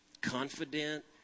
Confident